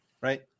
right